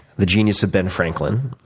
the genius of ben franklin,